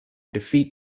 defeat